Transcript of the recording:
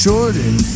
Jordan